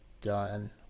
done